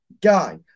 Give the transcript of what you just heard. guy